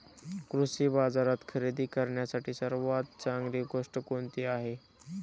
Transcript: कृषी बाजारात खरेदी करण्यासाठी सर्वात चांगली गोष्ट कोणती आहे?